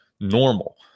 normal